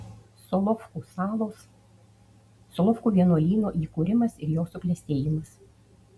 solovkų salos solovkų vienuolyno įkūrimas ir jo suklestėjimas